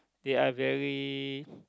they are very